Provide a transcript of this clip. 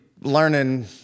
learning